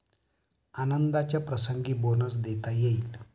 आनंदाच्या प्रसंगी बोनस देता येईल